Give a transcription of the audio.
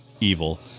evil